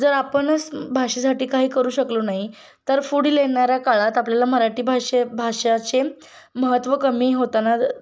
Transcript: जर आपणच भाषेसाठी काही करू शकलो नाही तर पुढील येणाऱ्या काळात आपल्याला मराठी भाषे भाषाचे महत्त्व कमी होताना